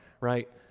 right